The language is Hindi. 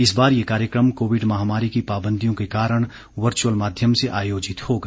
इस बार ये कार्यक्रम कोविड महामारी की पाबंदियों के कारण वर्च्अल माध्यम से आयोजित होगा